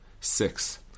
Six